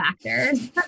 factors